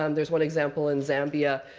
um there's one example in zambia,